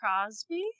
Crosby